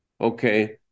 Okay